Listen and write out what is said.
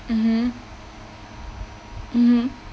mmhmm mmhmm